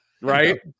right